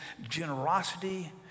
generosity